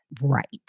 Right